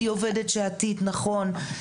היא עובדת שעתית, נכון.